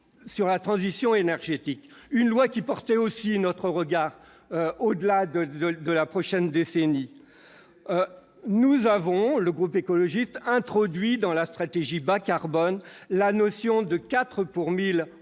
à la transition énergétique, lequel portait aussi notre regard au-delà de la prochaine décennie, le groupe écologiste a introduit dans la stratégie bas-carbone la notion de 4 pour 1000